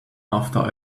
after